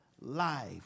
life